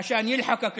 בקשה לעבור ליישוב שלי